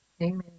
amen